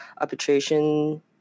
arbitration